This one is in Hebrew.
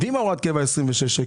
ואם הוראת הקבע 26 שקלים?